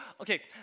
okay